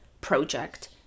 project